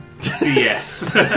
Yes